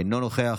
אינו נוכח.